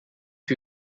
who